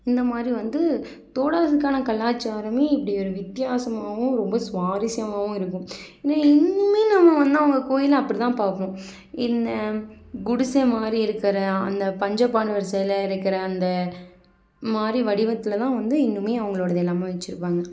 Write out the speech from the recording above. இந்த மாதிரி வந்து தோடாஸ்க்குகான கலாச்சாரம் இப்படி ஒரு வித்தியாசமாகவும் ரொம்ப சுவாரஸ்யமாகவும் இருக்கும் இத இன்னும் நம்ம வந்து அவங்க கோயிலில் அப்படி தான் பார்க்கணும் இந்த குடிசை மாதிரி இருக்கிற அந்த பஞ்சப்பாண்டவர் சில இருக்கிற அந்த மாதிரி வடிவத்தில் தான் வந்து இன்னும் அவங்களோடது எல்லாம் வச்சுருப்பாங்க